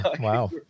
wow